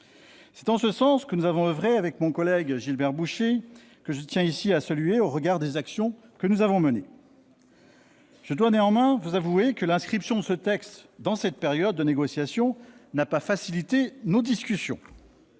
C'est en ce sens que nous avons oeuvré, avec mon collègue Gilbert Bouchet, que je tiens ici à saluer au regard des actions que nous avons menées. Mes chers collègues, je dois néanmoins vous avouer que l'inscription de ce texte dans cette période de négociations n'a pas facilité nos discussions.